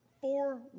four